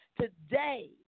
Today